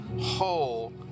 whole